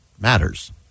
matters